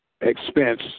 expense